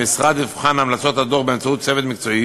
המשרד יבחן את המלצות הדוח באמצעות צוות מקצועי